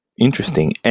Interesting